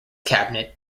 cabinet